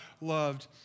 loved